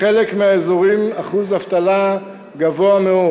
בחלק מהאזורים אחוז האבטלה גבוה מאוד.